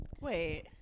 Wait